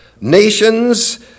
Nations